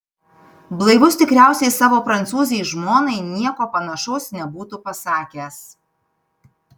blaivus tikriausiai savo prancūzei žmonai nieko panašaus nebūtų pasakęs